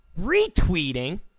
retweeting